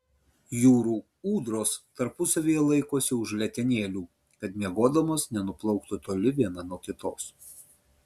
jūrų ūdros tarpusavyje laikosi už letenėlių kad miegodamos nenuplauktų toli viena nuo kitos